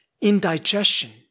indigestion